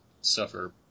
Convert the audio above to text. suffer